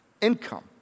income